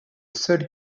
seul